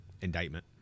Indictment